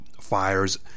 fires